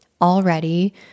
Already